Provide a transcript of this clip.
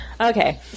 Okay